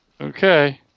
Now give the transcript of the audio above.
Okay